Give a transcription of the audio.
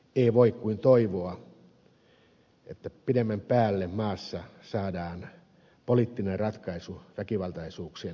ei voi kuin toivoa että pidemmän päälle maassa saadaan poliittinen ratkaisu väkivaltaisuuksien rauhoittamiseksi